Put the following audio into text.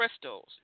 crystals